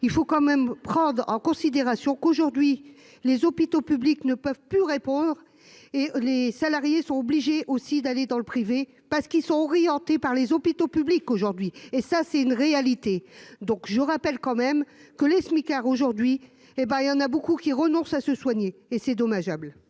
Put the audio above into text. il faut quand même prendre en considération qu'aujourd'hui les hôpitaux publics ne peuvent plus répondre et les salariés sont obligés aussi d'aller dans le privé parce qu'ils sont orientés par les hôpitaux publics aujourd'hui et ça c'est une réalité, donc je rappelle quand même que les smicards aujourd'hui hé ben il y en a beaucoup qui renoncent à se soigner et c'est dommageable.